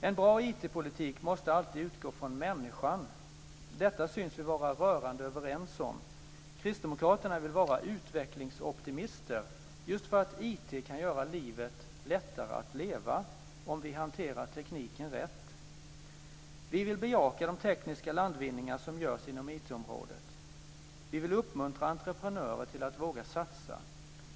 En bra IT-politik måste alltid utgå från människan. Detta syns vi vara rörande överens om. Kristdemokraterna vill vara utvecklingsoptimister just för att IT kan göra livet lättare att leva, om vi hanterar tekniken rätt. Vi vill bejaka de tekniska landvinningar som görs inom IT-området. Vi vill uppmuntra entreprenörer till att våga satsa.